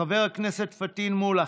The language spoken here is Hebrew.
חבר הכנסת פטין מולא,